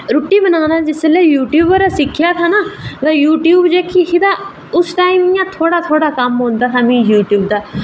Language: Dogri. रुट्टी बनाना जिसलै यूट्यूब परा सिक्खेआ था ना ते यूट्यूब जेह्की थी ना उसलै थोह्ड़ा थोह्ड़ा इं'या कम्म होंदा हा यूट्यूब दा